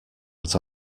what